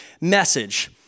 message